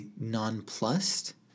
nonplussed